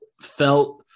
felt